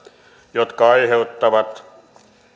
jotka aiheuttavat